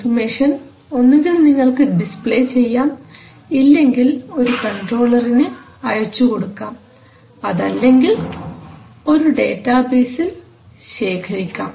information ഒന്നുകിൽ നിങ്ങൾക്ക് display ചെയ്യാം ഇല്ലെങ്കിൽ ഒരു കൺട്രോളർനു അയച്ചു കൊടുക്കാം അതല്ലെങ്കിൽ ഒരു ഡാറ്റാബേസിൽ ശേഖരിക്കാം